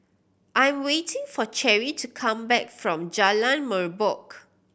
I'm waiting for Cherie to come back from Jalan Merbok